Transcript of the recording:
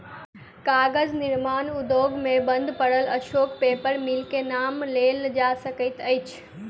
कागज निर्माण उद्योग मे बंद पड़ल अशोक पेपर मिल के नाम लेल जा सकैत अछि